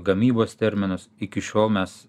gamybos terminus iki šiol mes